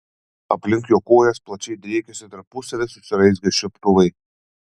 aplink jo kojas plačiai driekėsi tarpusavyje susiraizgę čiuptuvai